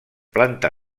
planta